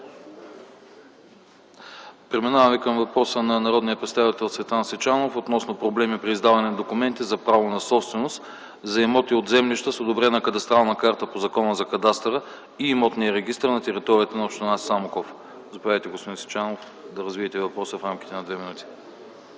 Преминаваме към въпроса на народния представител Цветан Сичанов относно проблеми при издаване на документи за право на собственост за имоти от землище с одобрена кадастрална карта по Закона за кадастъра и имотния регистър на териториите на община Самоков. Заповядайте, господин Сичанов, да развиете въпроса си в рамките на две минути.